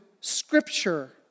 Scripture